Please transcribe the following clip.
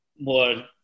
more